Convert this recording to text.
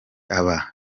aba